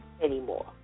anymore